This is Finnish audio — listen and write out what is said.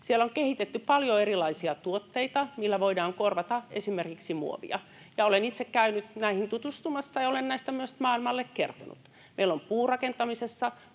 Siellä on kehitetty paljon erilaisia tuotteita, millä voidaan korvata esimerkiksi muovia. Olen itse käynyt näihin tutustumassa ja olen näistä myös maailmalle kertonut. Meillä on puurakentamisessa